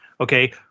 okay